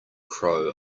crow